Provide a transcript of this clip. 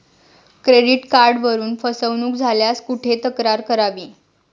Credit कार्डवरून फसवणूक झाल्यास कुठे तक्रार करावी?